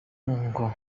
ngo